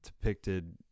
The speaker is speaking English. depicted